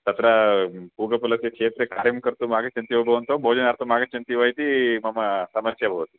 तत्र पूगीफलस्य क्षेत्रे कार्यं कर्तुम् आगच्छन्ति वा भवन्तौ भोजनार्थम् आगच्छन्ति वा इति मम समस्या भवति